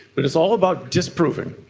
but it's all about disproving.